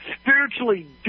spiritually